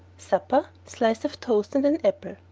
supper slice of toast and an apple.